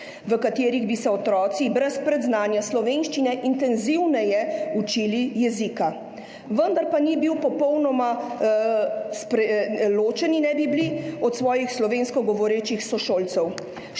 v katerih bi se otroci brez predznanja slovenščine intenzivneje učili jezika, vendar pa ne bi bili ločeni od svojih slovensko govorečih sošolcev.